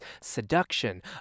seduction